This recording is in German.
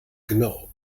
genau